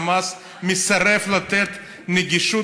ברור שמבחינתכם זה רק הגימיק,